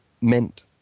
meant